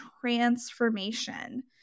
transformation